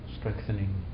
Strengthening